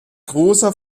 großer